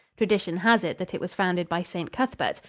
tradition has it that it was founded by st. cuthbert,